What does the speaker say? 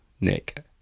Nick